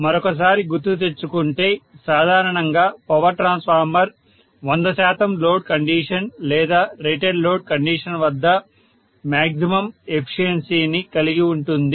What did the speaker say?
మరొకసారి గుర్తు తెచ్చుకుంటే సాధారణంగా పవర్ ట్రాన్స్ఫార్మర్ 100 శాతం లోడ్ కండీషన్ లేదా రేటెడ్ లోడ్ కండీషన్ వద్ద మ్యాగ్జిమమ్ ఏఫిషియన్సిని కలిగి ఉంటుంది